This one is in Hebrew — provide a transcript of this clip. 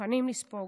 מוכנים לספוג.